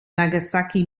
nagasaki